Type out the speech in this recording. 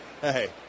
Hey